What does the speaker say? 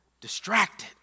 Distracted